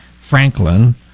Franklin